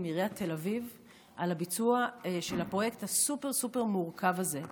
עיריית תל אביב על הביצוע של הפרויקט הסופר-סופר-מורכב הזה.